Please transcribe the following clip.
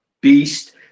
beast